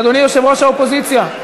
אדוני יושב-ראש האופוזיציה.